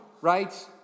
Right